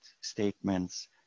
statements